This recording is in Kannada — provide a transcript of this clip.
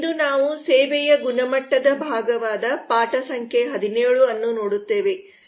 ಇಂದು ನಾವು ಸೇವೆಯ ಗುಣಮಟ್ಟದ ಭಾಗವಾದ ಪಾಠ ಸಂಖ್ಯೆ 17 ಅನ್ನು ನೋಡುತ್ತೇವೆ